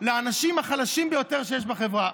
לאנשים החלשים ביותר שיש בחברה.